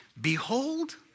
behold